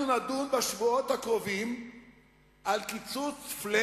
בשבועות הקרובים אנחנו נדון על קיצוץ flat,